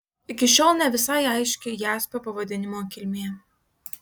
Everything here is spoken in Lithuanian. iki šiol ne visai aiški jaspio pavadinimo kilmė